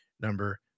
number